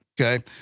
Okay